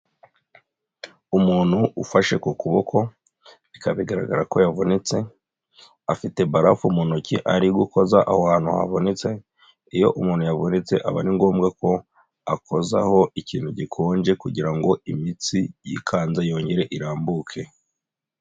Umuntu ufashe ku kuboko bikaba bigaragara ko yavunitse, afite barafu mu ntoki ari gukoza aho hantu havunitse, iyo umuntu yavunitse aba ari ngombwa ko akozaho ikintu gikonje kugira ngo imitsi yikanze yongere irambuke.